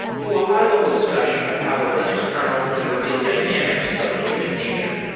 to a high level discussion of how the linux kernel can reveal dynamics of human nature.